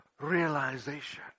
realization